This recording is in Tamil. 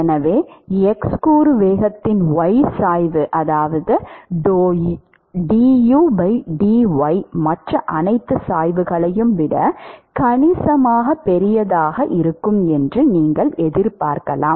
எனவே x கூறு வேகத்தின் y சாய்வு அதாவது du dy மற்ற அனைத்து சாய்வுகளையும் விட கணிசமாக பெரியதாக இருக்கும் என்று நீங்கள் எதிர்பார்க்கலாம்